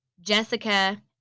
Jessica